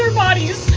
bodies.